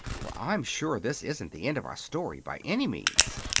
for i'm sure this isn't the end of our story, by any means.